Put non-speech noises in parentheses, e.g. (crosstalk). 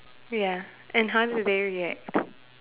ya and how did they react (breath)